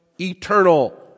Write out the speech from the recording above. eternal